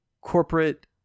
corporate